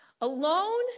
alone